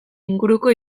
inguruko